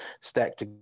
stacked